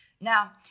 Now